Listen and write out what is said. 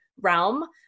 realm